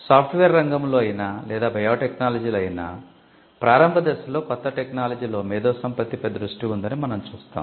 soft wear రంగంలో అయినా లేదా బయోటెక్నాలజీలో అయినా ప్రారంభ దశలో కొత్త టెక్నాలజీలో మేధోసంపత్తిపై దృష్టి ఉందని మనం చూస్తాము